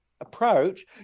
approach